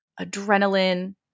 adrenaline